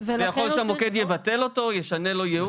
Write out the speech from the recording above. ויכול להיות שהמוקד יבטל אותו, ישנה לו ייעוד.